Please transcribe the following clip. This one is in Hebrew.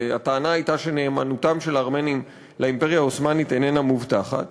והטענה הייתה שנאמנותם של הארמנים לאימפריה העות'מאנית איננה מובטחת,